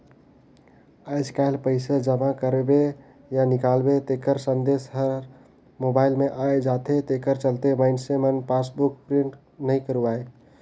आयज कायल पइसा जमा करबे या निकालबे तेखर संदेश हर मोबइल मे आये जाथे तेखर चलते मइनसे मन पासबुक प्रिंट नइ करवायें